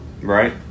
right